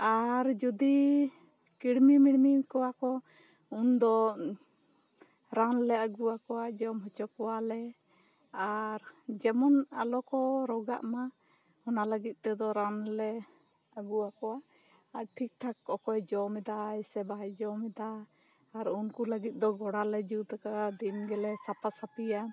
ᱟᱨ ᱡᱚᱫᱤ ᱠᱤᱲᱢᱤ ᱢᱤᱲᱢᱤ ᱠᱚᱭᱟ ᱠᱚ ᱩᱱ ᱫᱚ ᱨᱟᱱ ᱞᱟᱹᱜᱩᱭᱟ ᱠᱳᱭᱟ ᱡᱚᱢ ᱦᱚᱪᱚ ᱠᱚᱭᱟᱞᱮ ᱟᱨ ᱡᱮᱢᱚᱱ ᱟᱞᱚᱠᱚ ᱨᱚᱜᱟ ᱢᱟ ᱚᱱᱟ ᱞᱟ ᱜᱤᱫ ᱛᱮ ᱫᱚ ᱨᱟᱱ ᱞᱮ ᱟ ᱜᱩ ᱟᱠᱚᱭᱟ ᱴᱷᱤᱠ ᱴᱦᱟᱠ ᱚᱠᱚᱭ ᱡᱚᱢᱮᱫᱟᱭ ᱥᱮ ᱵᱟᱭᱡᱚᱢᱫᱟ ᱟᱨ ᱩᱱᱩᱠᱩ ᱞᱟ ᱜᱤᱫ ᱫᱚ ᱜᱚᱲᱟ ᱞᱮ ᱡᱩᱫ ᱠᱟᱜᱼᱟ ᱫᱤᱱ ᱜᱮ ᱥᱟᱯᱷᱟ ᱥᱟ ᱯᱦᱤᱭᱟ